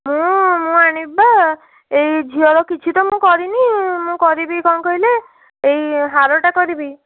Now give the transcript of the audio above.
ମୁଁ ମୁଁ ଆଣିବି ବା ଏହି ଝିଅର କିଛି ତ ମୁଁ କରିନି ମୁଁ କରିବି କ'ଣ କହିଲେ ଏହି ହାରଟା କରିବି